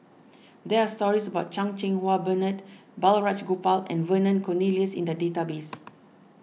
there are stories about Chan Cheng Wah Bernard Balraj Gopal and Vernon Cornelius in the database